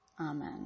Amen